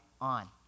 on